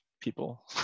people